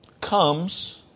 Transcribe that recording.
comes